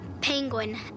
Penguin